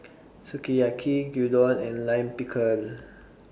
Sukiyaki Gyudon and Lime Pickle